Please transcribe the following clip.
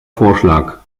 vorschlag